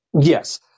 Yes